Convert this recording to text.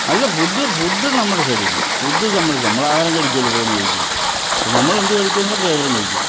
അല്ല food food നമ്മുടെ സൈഡീന്ന് ഫുഡ് നമ്മൾ നമ്മൾ ആഹാരം കഴിക്കുമല്ലോ പോകുന്ന വഴിക്ക് അപ്പോൾ നമ്മൾ എന്ത് കഴിക്കുന്നോ ഡ്രൈവറും കഴിക്കും